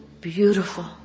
beautiful